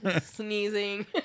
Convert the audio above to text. sneezing